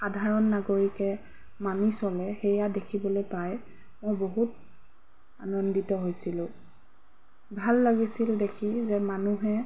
সাধাৰণ নাগৰিকে মানি চলে সেয়া দেখিবলৈ পাই মই বহুত আনন্দিত হৈছিলোঁ ভাল লাগিছিল দেখি যে মানুহে